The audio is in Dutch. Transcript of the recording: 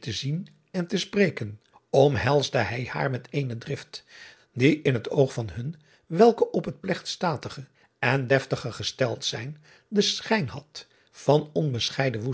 te zien en te spreken omhelsde hij haar met eene drift die in het oog van hun welke op het plegtstatige en deftige gesteld zijn den schijn had van onbescheiden